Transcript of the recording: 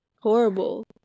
horrible